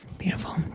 Beautiful